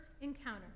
encounter